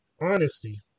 Honesty